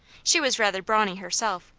she was rather brawny herself,